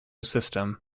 system